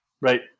Right